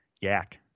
Yak